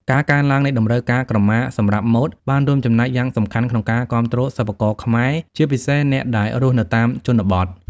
ការកើនឡើងនៃតម្រូវការក្រមាសម្រាប់ម៉ូដ បានរួមចំណែកយ៉ាងសំខាន់ក្នុងការ គាំទ្រសិប្បករខ្មែរ ជាពិសេសអ្នកដែលរស់នៅតាមជនបទ។